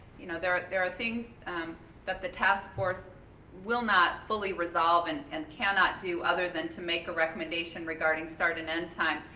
you know there are there are things that the task force will not fully resolve and and cannot do other than to make a recommendation regarding start and end time.